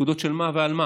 פקודות של מה ועל מה?